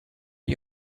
you